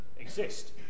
exist